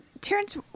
terrence